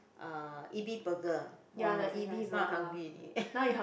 uh Ebi Burger !wah! very nice now I hungry already